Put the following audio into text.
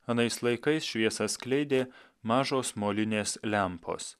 anais laikais šviesą skleidė mažos molinės lempos